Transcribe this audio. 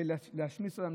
ולהשמיץ אותן,